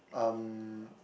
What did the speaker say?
um